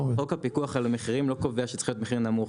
חוק הפיקוח של המחירים לא קובע שצריך להיות מחיר נמוך.